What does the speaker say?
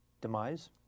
Demise